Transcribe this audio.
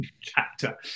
chapter